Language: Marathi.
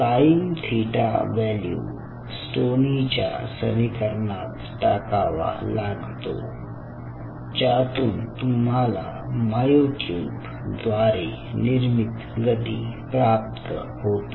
प्राईम थिटा व्हॅल्यू स्टोनीच्या समीकरणात टाकावा लागतो ज्यातून तुम्हाला मायोट्यूब द्वारे निर्मित गती प्राप्त होते